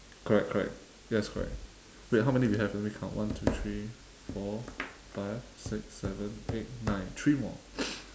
correct correct yes correct wait how many we have let me count one two three four five six seven eight nine three more